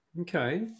okay